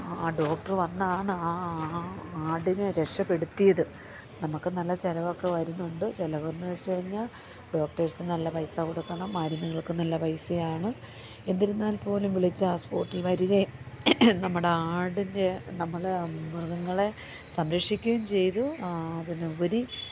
ആ ഡോക്ട്ര് വന്നാണ് ആ ആടിനെ രക്ഷപ്പെടുത്തിയത് നമുക്ക് നല്ല ചിലവൊക്കെ വരുന്നുണ്ട് ചിലവെന്നു വെച്ചു കഴിഞ്ഞാല് ഡോക്ടേഴ്സിന് നല്ല പൈസ കൊടുക്കണം മരുന്നുകൾക്ക് നല്ല പൈസയാണ് എന്നിരുന്നാൽ പോലും വിളിച്ച ആ സ്പോട്ടിൽ വരികയും നമ്മുടെ ആടിൻ്റെ നമ്മളെ മൃഗങ്ങളെ സംരക്ഷിക്കുകയും ചെയ്തു അതിനുപരി